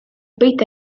بيت